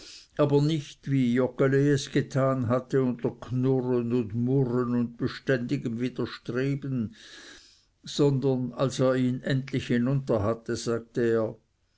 aber nicht wie joggeli es getan hatte unter knurren und murren und beständigem widerstreben sondern als er ihn endlich hinunter hatte sagte er